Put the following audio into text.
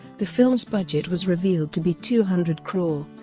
the film's budget was revealed to be two hundred crore,